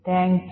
നന്ദി